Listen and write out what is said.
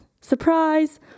surprise